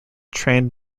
trained